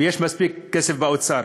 יש מספיק כסף באוצר,